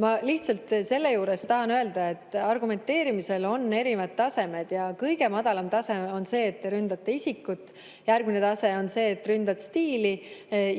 Ma lihtsalt sel juhul tahan öelda, et argumenteerimisel on erinevad tasemed ja kõige madalam tase on see, et rünnatakse isikut. Järgmine tase on see, et ründad stiili,